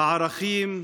בערכים,